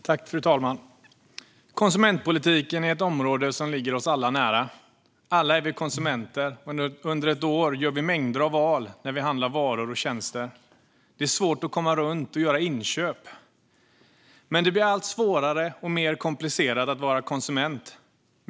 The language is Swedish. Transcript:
Fru talman! Konsumentpolitiken är ett område som ligger oss alla nära. Alla är vi konsumenter. Under ett år gör vi mängder av val när vi handlar varor och tjänster. Det är svårt att komma runt att göra inköp. Men det blir allt svårare och mer komplicerat att vara konsument.